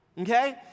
Okay